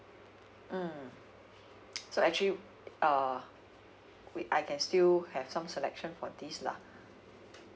mm so actually uh we I can still have some selection for this lah